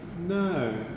No